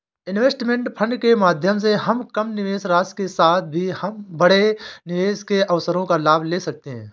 investment fund के माध्यम से हम कम निवेश राशि के साथ भी हम बड़े निवेश के अवसरों का लाभ ले सकते हैं